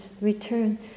return